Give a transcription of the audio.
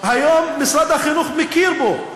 היום משרד החינוך מכיר בו.